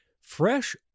Fresh